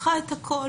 הפכה את הכול.